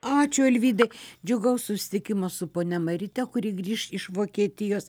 ačiū alvydai džiugaus susitikimo su ponia maryte kuri grįš iš vokietijos